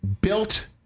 built